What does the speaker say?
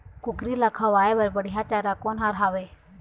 कुकरी ला खवाए बर बढीया चारा कोन हर हावे?